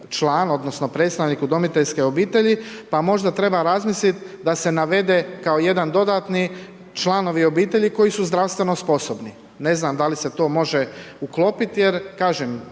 odnosno predstavnik udomiteljske obitelji pa možda treba razmisliti da se navede kao jedan dodatni članovi obitelji koji su zdravstveno sposobni. Ne znam da li se to može uklopiti jer kažem,